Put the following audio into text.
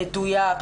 מדויק,